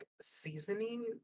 seasoning